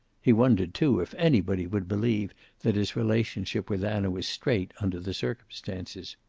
he wondered, too, if anybody would believe that his relationship with anna was straight, under the circumstances.